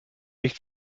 nicht